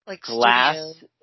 Glass